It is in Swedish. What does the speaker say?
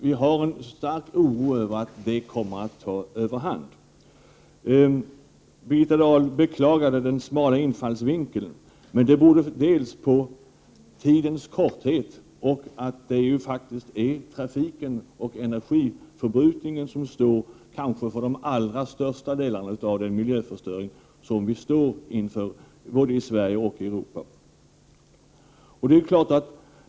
Vi hyser en stark oro för att den kommer att ta överhanden. Birgitta Dahl beklagade den smala infallsvinkeln. Men den berodde på att taletiden är begränsad och att det faktiskt är trafiken och energiförbrukningen som står för de kanske allra största delarna av den miljöförstöring som vi står inför i både Sverige och Europa i övrigt.